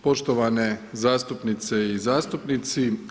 Poštovane zastupnice i zastupnici.